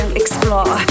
explore